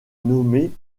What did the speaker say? nommés